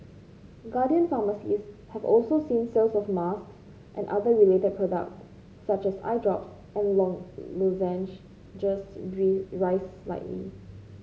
guardian pharmacies have also seen sales of masks and other related products such as eye drops and long lozenges rise slightly